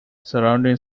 surrounding